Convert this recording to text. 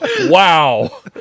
Wow